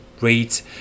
rates